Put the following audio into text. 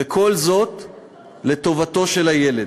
וכל זאת לטובתו של הילד.